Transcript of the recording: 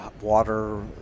water